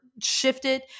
shifted